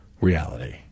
reality